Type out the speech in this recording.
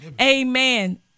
Amen